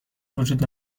وجود